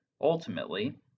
ultimately